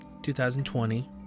2020